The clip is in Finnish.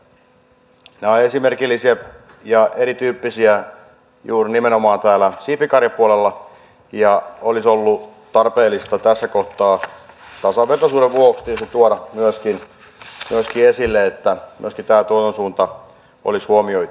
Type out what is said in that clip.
nämä ovat tyypillisiä ja erityyppisiä juuri nimenomaan täällä siipikarjapuolella ja olisi ollut tarpeellista tässä kohtaa tasavertaisuuden vuoksi niitä tuoda myöskin esille niin että myöskin tämä tuotantosuunta olisi huomioitu